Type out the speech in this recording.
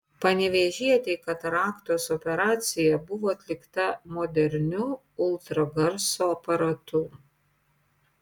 panevėžietei kataraktos operacija buvo atlikta moderniu ultragarso aparatu